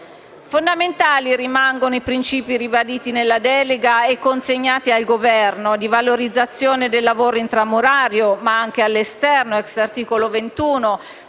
Fondamentali rimangono i principi ribaditi nella delega e consegnati al Governo, di valorizzazione del lavoro intramurario, ma anche all'esterno, ai